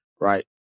right